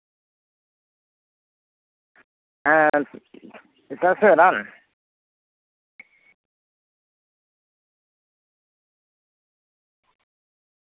ᱦᱮᱸ ᱮᱴᱟᱜ ᱥᱮᱫ ᱨᱟᱱ